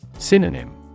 Synonym